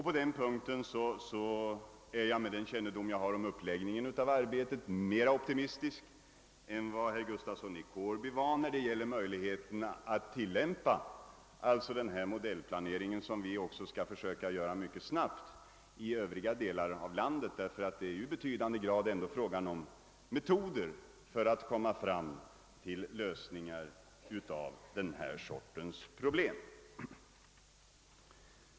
På den punkten är jag, med den kännedom jag har om uppläggningen av arbetet, mera optimistisk än vad herr Gustafsson i Kårby var när det gäller möjligheterna att tillämpa modellplaneringen, som vi alltså skall försöka göra mycket snabbt, i övriga delar av landet, eftersom det i betydande grad ändå är fråga om metoder att komma fram till lösningar av den här sortens problem.